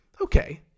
okay